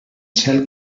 cel